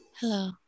hello